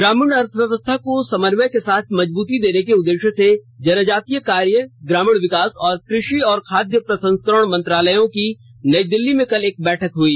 ग्रामीण अर्थव्यवस्था को समन्वय के साथ मजबूती देने के उद्देश्य से जनजातीय कार्य ग्रामीण विकास कृषि और खाद्य प्रसंस्करण मंत्रालयों की नई दिल्ली में कल एक बैठक हई